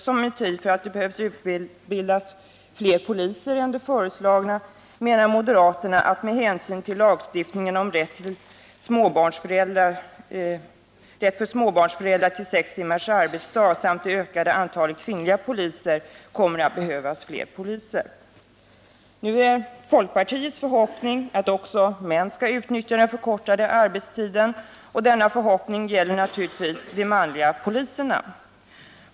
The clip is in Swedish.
Som motiv för kravet på en ökad utbildning av poliser har moderaterna hänvisat till lagstiftningen om rätt för småbarnsföräldrar till sex timmars arbetsdag samt till det ökade antalet kvinnliga poliser och mot den bakgrunden framhållit att det kommer att behövas fler poliser. Folkpartiet hyser förhoppningen att också män skall utnyttja rätten till förkortad arbetstid. Denna förhoppning gäller naturligtvis också de manliga poliserna.